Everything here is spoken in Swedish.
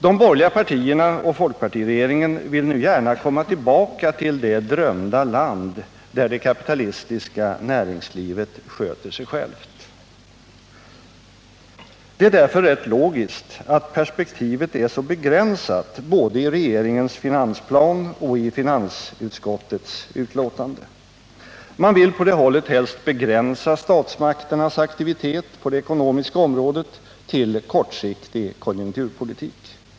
De borgerliga partierna och folkpartiregeringen vill nu gärna komma tillbaka till det drömda land där det kapitalistiska näringslivet sköter sig självt. Det är därför rätt logiskt att perspektivet är så begränsat både i regeringens finansplan och i finansutskottets betänkande. Man vill på det hållet helst begränsa statsmakternas aktivitet på det ekonomiska området till kortsiktig konjunkturpolitik.